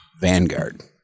Vanguard